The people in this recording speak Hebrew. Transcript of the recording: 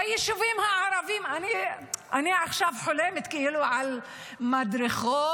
ביישובים הערביים אני עכשיו חולמת כאילו על מדרכות